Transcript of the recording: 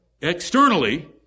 externally